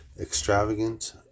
extravagant